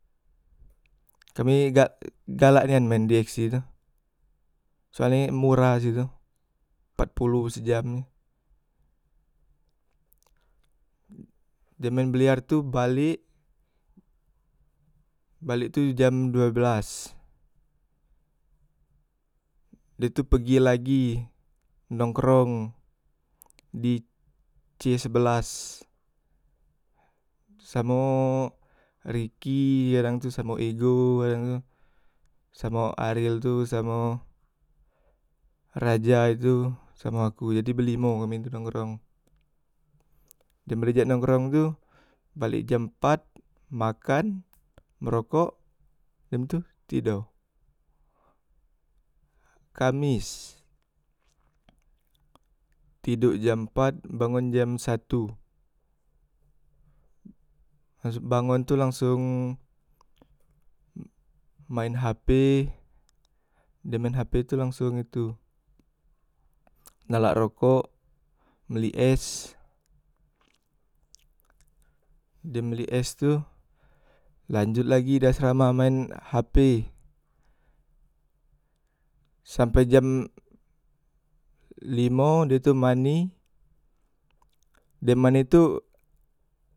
Kami kak galak nian main di eksti tu, soale murah situ empat poloh sejam dem maen biliar tu balek, balek tu jam due belas de tu pegi lagi, nongkrong di c sebelas samo riki kadang tu, samo ego kadang tu samo aril tu samo raja tu samo aku jadi be limo kami tu nongkrong dem balek jak nongkrong tu balek jam empat makan, merokok dem tu tido, kamis tidok jam empat bangon jam satu, ha sok bangun tu langsong main hp dem main hp tu langsung itu nalak rokok, beli es dem beli es tu lanjot lagi di asrama main hp sampai jam limo da tu makan dem mani tu.